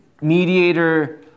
mediator